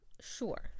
Sure